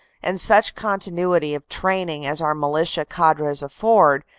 and such continuity of training as our militia cadres afford,